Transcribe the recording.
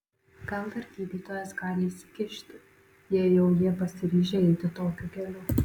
gal dar gydytojas gali įsikišti jei jau jie pasiryžę eiti tokiu keliu